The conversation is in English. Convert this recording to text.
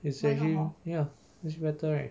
instead you ya much better right